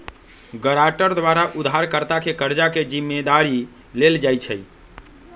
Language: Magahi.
गराँटर द्वारा उधारकर्ता के कर्जा के जिम्मदारी लेल जाइ छइ